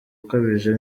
ukabije